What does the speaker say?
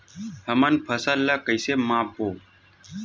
हमन फसल ला कइसे माप बो?